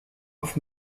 auf